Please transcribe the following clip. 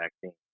vaccine